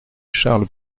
charles